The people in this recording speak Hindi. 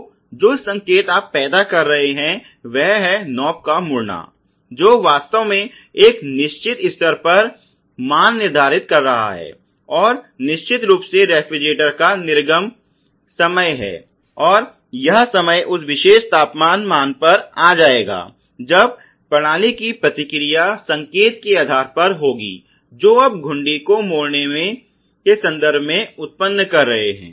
तो जो संकेत आप पैदा कर रहे हैं वह है नोब का मुड़ना जो वास्तव में एक निश्चित स्तर पर मान निर्धारित कर रहा है और निश्चित रूप से रेफ्रिजरेटर का निर्गम समय है और यह समय उस विशेष तापमान मान पर आ जाएगा जब प्रणाली की प्रतिक्रिया संकेत के आधार पर होगी जो आप घुंडी को मोड़ने के संदर्भ में उत्पन्न कर रहे हैं